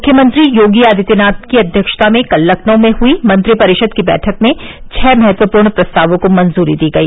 मुख्यमंत्री योगी आदित्यनाथ की अध्यक्षता में कल लखनऊ में हुई मंत्रिपरिषद की बैठक में छह महत्वपूर्ण प्रस्तावों को मंजूरी दी गई